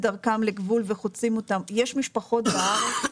דרכם לגבול וחוצים אותו יש משפחות בארץ.